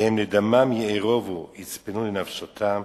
והם לדמם יארבו יצפנו לנפשתם.